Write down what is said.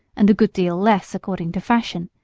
and a good deal less according to fashion,